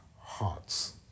hearts